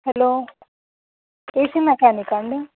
hello AC మెకానికా అండి